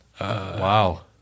Wow